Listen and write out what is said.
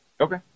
Okay